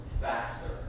faster